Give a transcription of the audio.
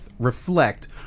reflect